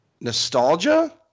nostalgia